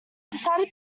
decided